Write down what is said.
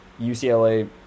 UCLA